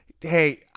Hey